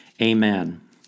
Amen